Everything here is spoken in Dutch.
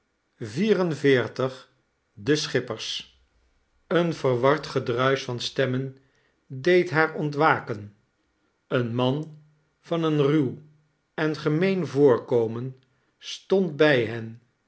de schippeks een verward gedruis van stemmen deed haar ontwaken een man van een ruw en gemeen voorkomen stond bij hen